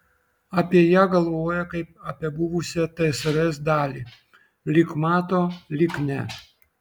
apie ją galvoja kaip apie buvusią tsrs dalį lyg mato lyg ne